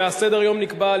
וסדר-היום נקבע,